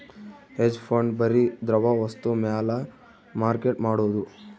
hedge fund ಬರಿ ದ್ರವ ವಸ್ತು ಮ್ಯಾಲ ಮಾರ್ಕೆಟ್ ಮಾಡೋದು